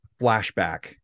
flashback